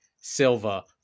Silva